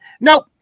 Nope